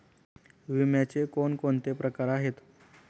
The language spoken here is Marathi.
विम्याचे कोणकोणते प्रकार आहेत?